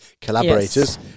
collaborators